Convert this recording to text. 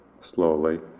slowly